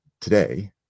today